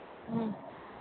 ꯎꯝ